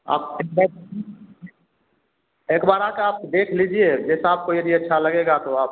आप एक बार एक बार आ के आप देख लीजिए जैसा आपको यदि अच्छा लगेगा तो आप